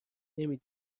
نمی